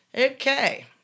Okay